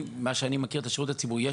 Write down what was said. ממה שאני מכיר את השירות הציבורי,